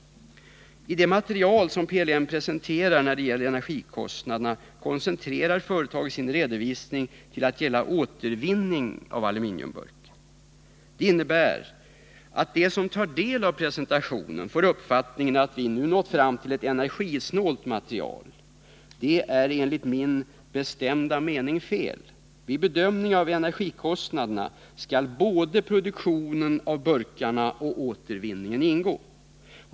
I det material som PLM presenterar när det gäller energikostnaderna koncentrerar företaget sin redovisning till att gälla återvinning av aluminiumburken. Detta innebär att de som tar del av presentationen får uppfattningen att vi nu nått fram till ett energisnålt material. Det är enligt min bestämda mening fel. Vid bedömningen av energikostnaderna skall både produktionen av burkarna och återvinningen ingå.